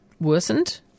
worsened